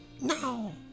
No